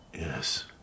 Yes